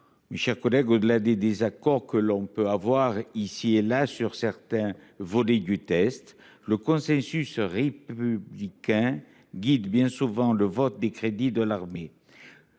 Mais, chers collègues. Au-delà des désaccords que l'on peut avoir ici et là sur certains volets du test, le consensus républicain guide bien souvent le vote des crédits de l'armée.